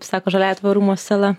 sako žaliąja tvarumo sala